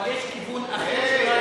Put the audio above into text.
אבל יש כיוון אחר.